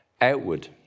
outward